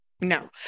No